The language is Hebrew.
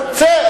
צא,